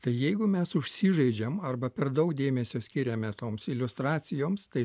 tai jeigu mes užsižaidžiam arba per daug dėmesio skiriame toms iliustracijoms tai